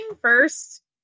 First